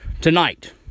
tonight